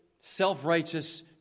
self-righteous